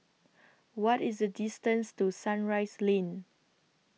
What IS The distance to Sunrise Lane